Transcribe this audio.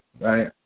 right